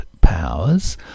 powers